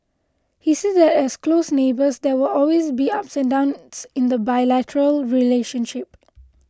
he said that as close neighbours there will always be ups and downs in the bilateral relationship